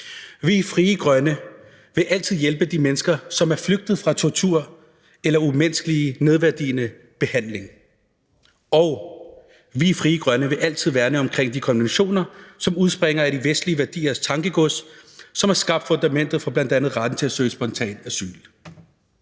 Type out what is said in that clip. Vi i Frie Grønne vil altid hjælpe de mennesker, som er flygtet fra tortur eller umenneskelig og nedværdigende behandling. Og vi i Frie Grønne vil altid værne om de konventioner, som udspringer af de vestlige værdiers tankegods, som har skabt fundamentet for bl.a. retten til at søge spontant asyl.